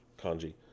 Kanji